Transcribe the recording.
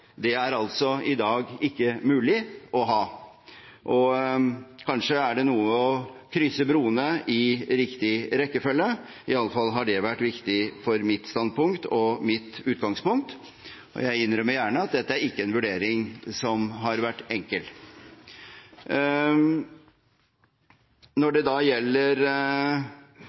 Det er det i dag altså ikke mulig å ha. Kanskje har det noe å gjøre med å krysse broene i riktig rekkefølge. I alle fall har det vært viktig for mitt standpunkt og mitt utgangspunkt. Jeg innrømmer gjerne at dette ikke er en vurdering som har vært enkel. Når det da gjelder